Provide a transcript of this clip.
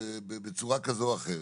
בצורה כזו או אחרת,